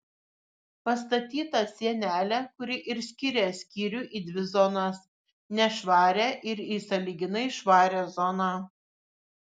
pastatyta sienelė kuri ir skiria skyrių į dvi zonas nešvarią ir į sąlyginai švarią zoną